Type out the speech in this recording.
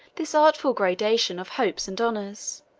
this artful gradation of hopes and honors